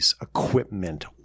equipment